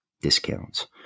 discounts